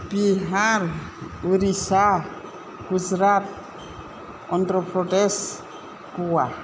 Bihar Orissa Gujarat Andhra Pradesh Goa